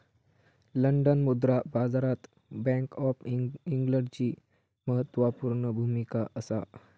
London मुद्रा बाजारात bank of इंग्लंडची म्हत्त्वापूर्ण भुमिका असा